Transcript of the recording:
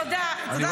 תודה, תודה.